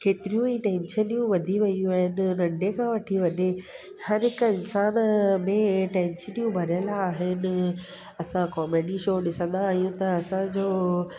केतिरियूं ई टैंशनियूं वधी वियूं आइन नंढे खां वठी वॾे हर हिकु इंसान में टैंशनियूं भरियलु आहिनि असां कॉमेडी शो ॾिसंदा आहियूं त असांजो